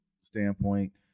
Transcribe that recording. standpoint